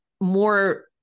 more